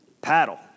Paddle